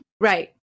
right